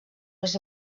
més